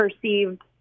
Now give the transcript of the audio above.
perceived